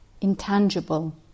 intangible